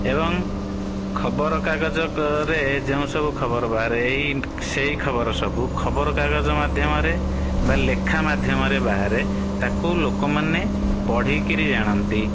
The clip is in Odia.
ଏବଂ ଖବର କାଗଜ କ ରେ ଯେଉଁ ସବୁ ଖବର ବାହାରେ ଏଇ ସେଇ ଖବର ସବୁ ଖବର କାଗଜ ମାଧ୍ୟମରେ ବା ଲେଖା ମାଧ୍ୟମରେ ବାହାରେ ତାକୁ ଲୋକମାନେ ପଢ଼ିକିରି ଜାଣନ୍ତି